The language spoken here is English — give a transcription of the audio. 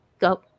go